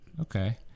Okay